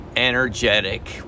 energetic